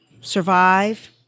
survive